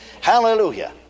Hallelujah